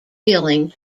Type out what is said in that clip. feeling